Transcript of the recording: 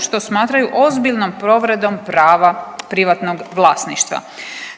što smatraju ozbiljnom povredom prava privatnog vlasništva.